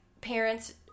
parents